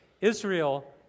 Israel